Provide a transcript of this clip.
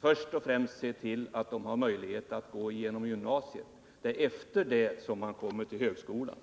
först och främst se till att de har möjlighet att gå igenom gymnasieskolan. Det är ju först därefter man kan studera vid högskolan.